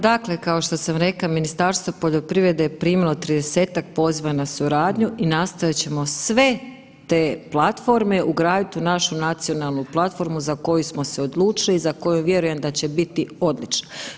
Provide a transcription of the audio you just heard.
Dakle, kao što sam rekla Ministarstvo poljoprivrede je primilo 30-tak poziva na suradnju i nastojat ćemo sve te platforme ugraditi u našu nacionalnu platformu za koju smo se odlučili i za koju vjerujem da će biti odlična.